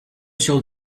should